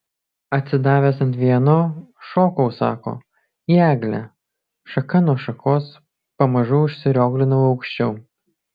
atsidavęs ant vieno šokau sako į eglę šaka nuo šakos pamažu užsirioglinau aukščiau